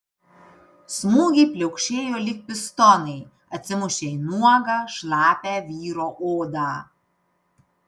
smūgiai pliaukšėjo lyg pistonai atsimušę į nuogą šlapią vyro odą